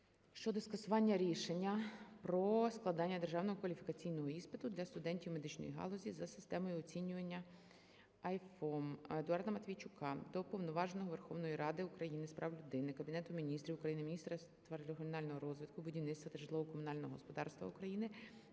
щодо скасування рішення про складання державного кваліфікаційного іспиту для студентів медичної галузі за системою оцінювання IFOM. Едуарда Матвійчука до Уповноваженого Верховної Ради України з прав людини, Кабінету Міністрів України, Міністерства регіонального розвитку, будівництва та житлово-комунального господарства України,